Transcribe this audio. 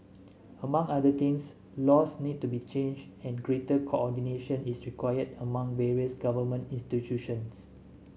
among other things laws need to be changed and greater coordination is required among various government institutions